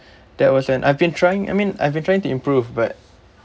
that was when I've been trying I mean I've been trying to improve but